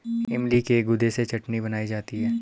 इमली के गुदे से चटनी बनाई जाती है